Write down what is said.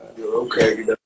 Okay